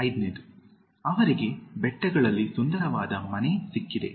5 ಅವರಿಗೆ ಬೆಟ್ಟಗಳಲ್ಲಿ ಸುಂದರವಾದ ಮನೆ ಸಿಕ್ಕಿದೆ